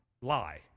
lie